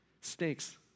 Snakes